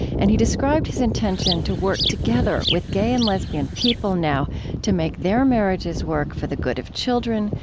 and he described his intention to work together with gay and lesbian people now to make their marriages work for the good of children,